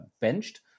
benched